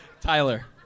Tyler